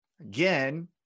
again